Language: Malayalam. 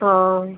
ആ